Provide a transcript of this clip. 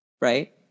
right